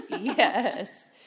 Yes